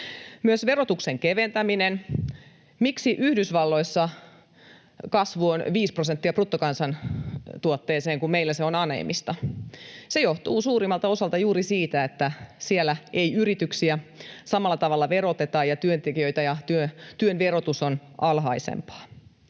Myös verotuksen keventäminen: Miksi Yhdysvalloissa kasvu on viisi prosenttia bruttokansantuotteeseen, kun meillä se on aneemista? Se johtuu suurimmalta osalta juuri siitä, että siellä ei yrityksiä samalla tavalla veroteta eikä työntekijöitä ja työn verotus on alhaisempaa.